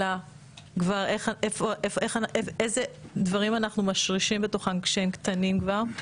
אלא איזה דברים אנחנו משרישים בתוכם כשהם קטנים כבר.